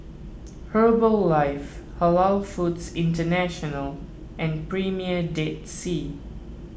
Herbalife Halal Foods International and Premier Dead Sea